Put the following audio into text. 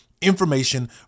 Information